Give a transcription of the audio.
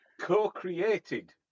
co-created